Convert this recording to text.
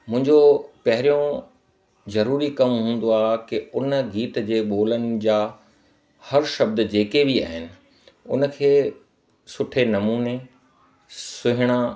मुंहिंजो पहिरियों ज़रूरी कमु हूंदो आहे कि हुन गीत जे ॿोलनि जा हर शब्द जे के बि आहिनि हुनखे सुठे नमूने सुहिणा